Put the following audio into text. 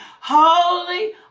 Holy